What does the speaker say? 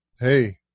Hey